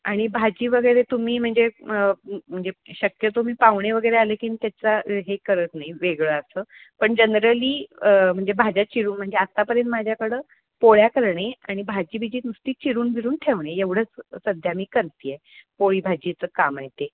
आणि भाजी वगैरे तुम्ही म्हणजे म्हणजे शक्यतो मी पाहुणे वगैरे आले की त्याचा हे करत नाही वेगळं असं पण जनरली म्हणजे भाज्या चिरून म्हणजे आत्तापर्यंत माझ्याकडं पोळ्या करणे आणि भाजी बिजी नुसती चिरून बिरून ठेवणे एवढंच सध्या मी करते आहे पोळी भाजीचं काम आहे ते